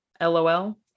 LOL